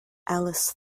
alice